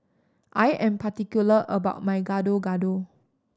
I am particular about my Gado Gado